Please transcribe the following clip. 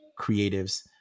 creatives